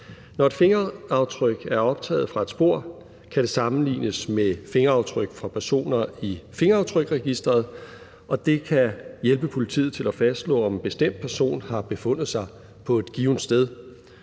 Når et fingeraftryk er optaget fra et spor, kan det sammenlignes med fingeraftryk fra personer i fingeraftryksregisteret, og det kan hjælpe politiet til at fastslå, om en bestemt person har befundet sig på et givent sted,